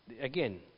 again